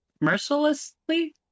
Mercilessly